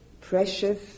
precious